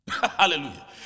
Hallelujah